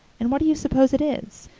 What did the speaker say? and what do you suppose it is?